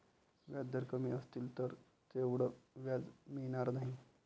व्याजदर कमी असतील तर तेवढं व्याज मिळणार नाही